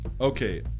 Okay